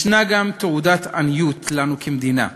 ישנה גם תעודת עניות לנו כמדינה,